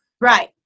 Right